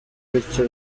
bityo